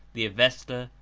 the avesta,